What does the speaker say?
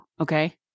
okay